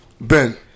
Ben